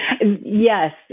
Yes